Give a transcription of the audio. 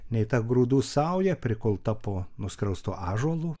nei ta grūdų sauja prikulta po nuskriaustu ąžuolu